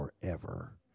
forever